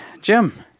Jim